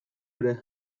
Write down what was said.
ere